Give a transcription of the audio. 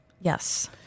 Yes